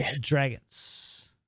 dragons